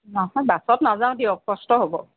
নহয় বাছত নাযাওঁ দিয়ক কষ্ট হ'ব